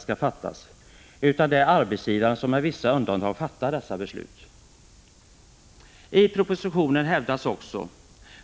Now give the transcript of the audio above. skall fattas, utan det är arbetsgivaren som med vissa undantag fattar dessa beslut. I propositionen hävdas också